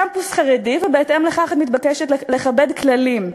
הקמפוס חרדי, ובהתאם לכך את מתבקשת לכבד כללים.